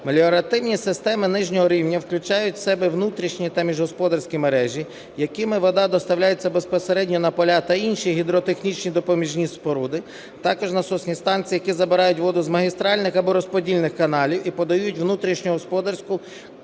Меліоративні системи нижнього рівня включають в себе внутрішні та міжгосподарські мережі, якими вода доставляється безпосередньо на поля та інші гідротехнічні допоміжні споруди, також насосні станції, які забирають воду з магістральних або розподільних каналів і подають внутрішньогосподарську